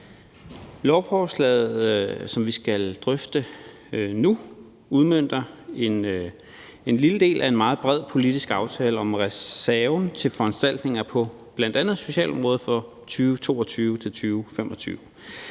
Lovforslaget, som vi skal drøfte nu, udmønter en lille del af en meget bred politisk aftale om reserven til foranstaltninger på bl.a. socialområdet for 2022-2025.